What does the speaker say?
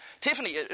Tiffany